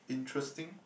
interesting